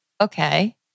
Okay